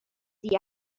see